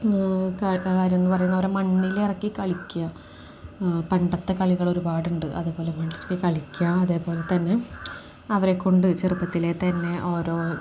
കാ കാര്യമെന്നു പറയുന്നത് അവരെ മണ്ണിലിറക്കി കളിക്കുക പണ്ടത്തെ കളികൾ ഒരുപാടുണ്ട് അതേ പോലെ മണ്ണിലിറക്കി കളിക്കുക അതേ പോലെ തന്നെ അവരെക്കൊണ്ട് ചെറുപ്പത്തിലെ തന്നെ ഓരോ